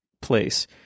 place